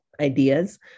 ideas